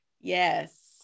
yes